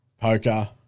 poker